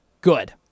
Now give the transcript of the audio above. good